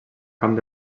camp